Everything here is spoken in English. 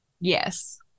Yes